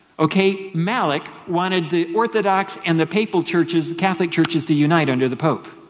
ok, malik wanted the orthodox and the papal churches, catholic churches, to unite under the pope.